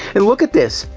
and look at this!